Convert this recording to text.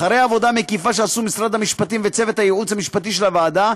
אחרי עבודה מקיפה שעשו משרד המשפטים וצוות הייעוץ המשפטי של הוועדה,